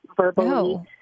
verbally